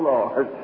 Lord